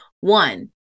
One